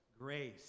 grace